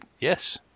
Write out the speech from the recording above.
Yes